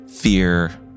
fear